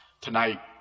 tonight